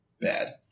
bad